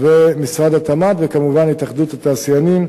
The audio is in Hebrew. ומשרד התמ"ת, וכמובן התאחדות התעשיינים,